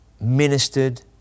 ministered